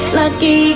lucky